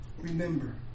remember